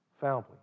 family